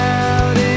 out